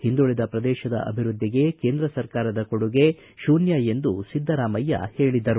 ಹಿಂದುಳಿದ ಪ್ರದೇಶದ ಅಭಿವೃದ್ಧಿಗೆ ಕೇಂದ್ರ ಸರ್ಕಾರದ ಕೊಡುಗೆ ಶೂನ್ಯ ಎಂದು ಸಿದ್ದರಾಮಯ್ಯ ಹೇಳಿದರು